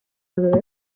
desert